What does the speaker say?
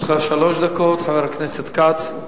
לרשותך שלוש דקות, חבר הכנסת כץ.